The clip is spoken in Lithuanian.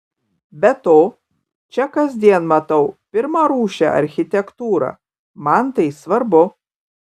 be to čia kasdien matau pirmarūšę architektūrą man tai svarbu